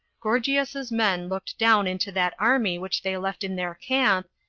gorgias's men looked down into that army which they left in their camp,